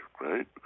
right